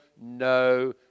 no